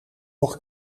nog